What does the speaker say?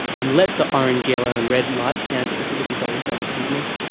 and let the orange, yellow and red light down to the silicon solar cell underneath.